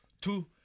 two